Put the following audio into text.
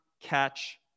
catch